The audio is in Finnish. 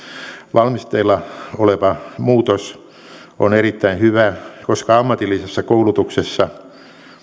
valmisteilla oleva muutos on erittäin hyvä koska ammatillisessa koulutuksessa